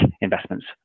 investments